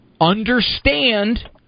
understand